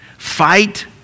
Fight